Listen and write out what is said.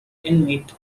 inmate